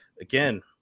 again